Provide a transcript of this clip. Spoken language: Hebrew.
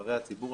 נבחרי הציבור,